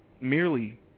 merely